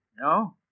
No